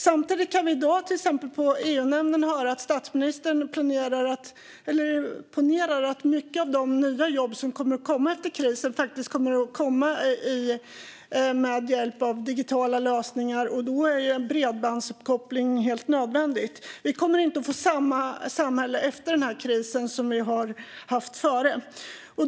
Samtidigt kunde vi i dag på EU-nämnden höra statsministern säga att många av de nya jobb som kommer att tillkomma efter krisen faktiskt kommer att vara jobb som sker med hjälp av digitala lösningar. Då är en bredbandsuppkoppling helt nödvändig. Efter denna kris kommer vi inte att ha samma samhälle som vi hade före den.